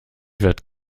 wird